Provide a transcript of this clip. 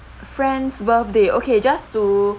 friend's birthday okay just to